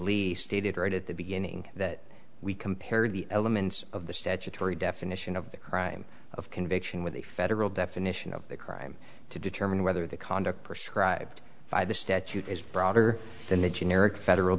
least stated right at the beginning that we compared the elements of the statutory definition of the crime of conviction with a federal definition of the crime to determine whether the conduct prescribe by the statute is broader than the generic federal